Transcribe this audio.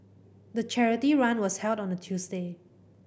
the charity run was held on a Tuesday